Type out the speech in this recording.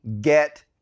get